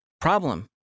Problem